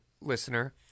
listener